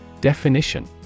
Definition